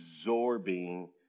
absorbing